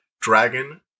Dragon